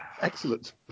excellent